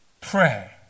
pray